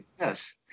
yes